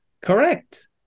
correct